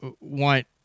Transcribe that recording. want